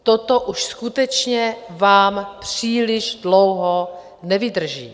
Toto už skutečně vám příliš dlouho nevydrží.